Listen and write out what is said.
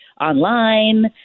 online